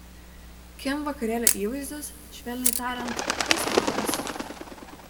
kim vakarėlio įvaizdis švelniai tariant keistokas